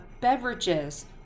beverages